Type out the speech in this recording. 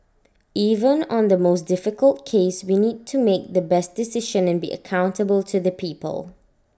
even on the most difficult case we need to make the best decision and be accountable to the people